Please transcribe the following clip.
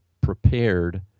prepared